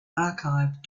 archive